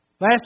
Last